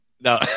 No